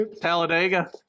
talladega